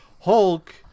Hulk